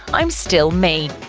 i'm still me.